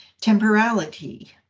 Temporality